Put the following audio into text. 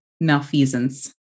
malfeasance